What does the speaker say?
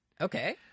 Okay